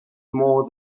more